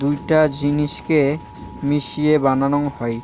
দুইটা জিনিসকে মিশিয়ে বানাং হই